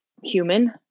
human